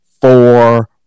four